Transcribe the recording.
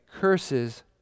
curses